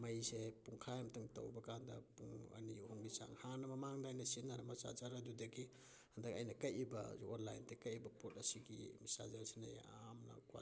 ꯃꯩꯁꯦ ꯄꯨꯡꯈꯥꯏ ꯑꯃꯇꯪ ꯇꯧꯕ ꯀꯥꯟꯗ ꯄꯨꯡ ꯑꯅꯤ ꯑꯍꯨꯝꯒꯤ ꯆꯥꯡ ꯍꯥꯟꯅ ꯃꯃꯥꯡꯗ ꯑꯩꯅ ꯁꯤꯖꯤꯟꯅꯔꯝꯕ ꯆꯥꯔꯖꯔ ꯑꯗꯨꯗꯒꯤ ꯍꯟꯗꯛ ꯑꯩꯅ ꯀꯛꯏꯕ ꯑꯣꯟꯂꯥꯏꯟꯗꯒꯤ ꯀꯛꯏꯕ ꯄꯣꯠ ꯑꯁꯤꯒꯤ ꯆꯥꯔꯖꯔ ꯑꯁꯤꯅ ꯌꯥꯝꯅ ꯀ꯭ꯋꯥꯂꯤꯇꯤ